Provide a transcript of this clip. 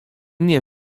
nie